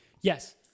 Yes